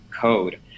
code